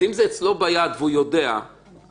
אז אם זה אצלו ביד והוא יודע אז